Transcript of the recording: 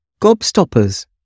gobstoppers